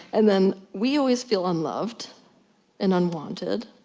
and then we always feel unloved and unwanted,